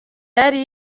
yari